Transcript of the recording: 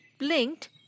blinked